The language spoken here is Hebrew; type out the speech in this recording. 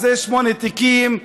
אז זה שמונה תיקים.